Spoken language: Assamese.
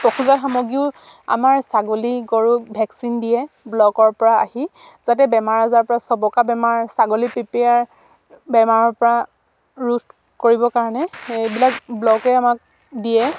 পশুজাত সামগ্ৰীও আমাৰ ছাগলী গৰুক ভেকচিন দিয়ে ব্লকৰ পৰা আহি যাতে বেমাৰ আজাৰ পৰা চবকা বেমাৰ ছাগলী প্ৰিপেয়াৰ বেমাৰৰ পৰা ৰোধ কৰিবৰ কাৰণে এইবিলাক ব্লকে আমাক দিয়ে